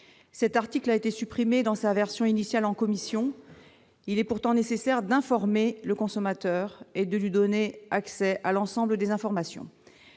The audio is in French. L'article 11 A, dans sa version initiale, a été supprimé en commission. Il est pourtant nécessaire d'informer le consommateur et de lui donner accès à l'ensemble des informations.